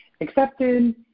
accepted